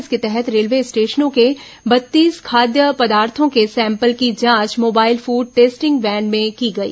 इसके तहत रेलवे स्टेशनों के बत्तीस खाद्य पदार्थों के सैंपल की जांच मोबाइल फूड टेस्टिंग वैन में की गई